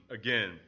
again